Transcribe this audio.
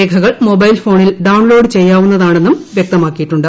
രേഖകൾ മൊബൈൽ ഫോണിൽ ഡൌൺലോഡ് ചെയ്യാവുന്നതാണെന്നും വ്യക്തമാക്കിയിട്ടുണ്ട്